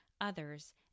others